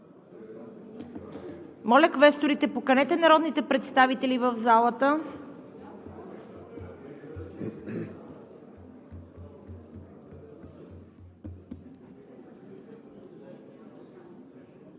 Моля, квесторите, поканете народните представители в залата.